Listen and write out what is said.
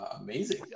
amazing